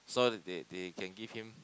so they they can give him